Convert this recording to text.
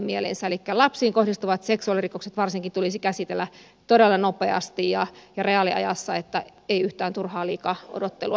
elikkä varsinkin lapsiin kohdistuvat seksuaalirikokset tulisi käsitellä todella nopeasti ja reaaliajassa että ei yhtään turhaa liikaa odottelua